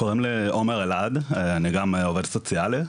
קוראים לי עומר אלעד, אני גם עובד סוציאלי.